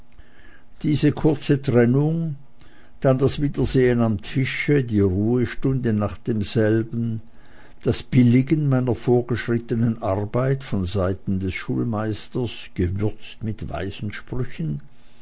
diese kurze trennung dann das wiedersehen am tische die ruhestunde nach demselben das billigen meiner vorgeschrittenen arbeit von seiten des schulmeisters gewürzt mit weisen sprüchen